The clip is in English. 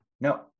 No